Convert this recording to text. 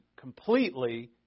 completely